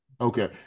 Okay